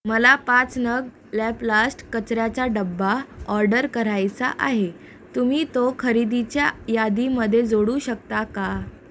मला पाच नग लॅपलास्ट कचऱ्याचा डबा ऑर्डर करायचा आहे तुम्ही तो खरेदीच्या यादीमध्ये जोडू शकता का